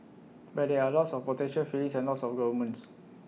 but there are lots of potential feelings and lots of governments